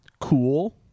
cool